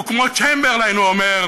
הוא כמו צ'מברליין, הוא אומר: